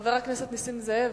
חבר הכנסת נסים זאב,